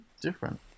Different